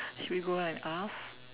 should we go out and ask